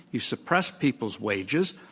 you suppress people's wages.